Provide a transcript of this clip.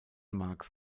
marx